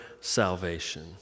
salvation